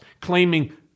claiming